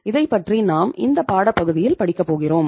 இதைப்பற்றி நாம் இந்தப் பாடப் பகுதியில் படிக்கப் போகிறோம்